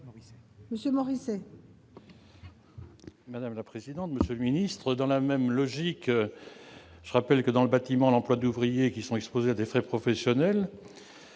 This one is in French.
Monsieur Morisset,